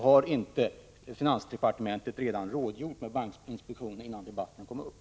Har inte finansdepartementet rådgjort med bankinspektionen innan debatten kom upp?